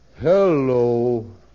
Hello